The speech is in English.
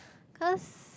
cause